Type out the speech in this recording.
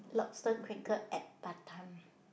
lobster cracker at Batam